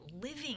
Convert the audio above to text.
living